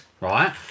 right